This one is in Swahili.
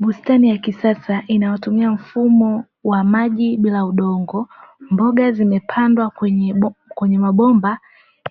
Bustani ya kisasa inayotumia mfumo wa maji bila udongo, mboga zimepandwa kwenye mabomba